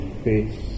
face